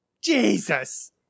Jesus